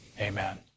Amen